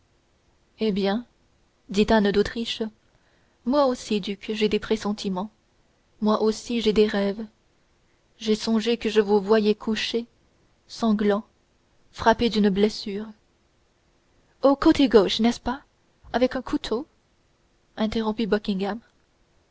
eh bien dit anne d'autriche moi aussi duc moi j'ai des pressentiments moi aussi j'ai des rêves j'ai songé que je vous voyais couché sanglant frappé d'une blessure au côté gauche n'est-ce pas avec un couteau interrompit